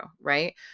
Right